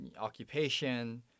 occupation